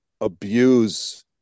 abuse